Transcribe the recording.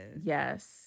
Yes